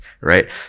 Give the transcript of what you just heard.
right